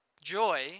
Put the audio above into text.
joy